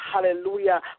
hallelujah